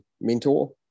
mentor